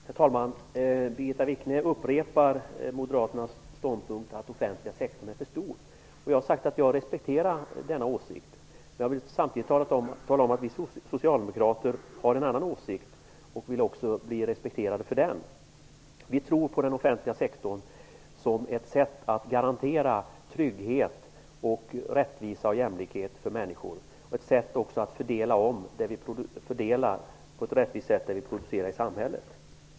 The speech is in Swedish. Herr talman! Birgitta Wichne upprepar Moderaternas ståndpunkt att den offentliga sektorn är för stor. Jag respekterar denna åsikt, men jag vill samtidigt tala om att vi socialdemokrater har en annan åsikt och vill bli respekterade för den. Vi tror på den offentliga sektorn som ett sätt att garantera trygghet, rättvisa och jämlikhet för människor. Vi tror också på den som ett sätt att rättvist fördela det vi producerar i samhället.